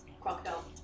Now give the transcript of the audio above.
crocodile